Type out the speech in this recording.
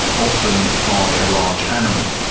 often by a large animal.